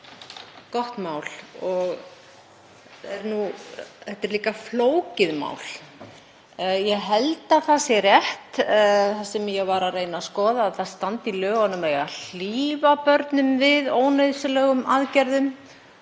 gott mál. Þetta er líka flókið mál. Ég held að það sé rétt sem ég var að reyna að skoða að það standi í lögunum að það eigi að hlífa börnum við ónauðsynlegum aðgerðum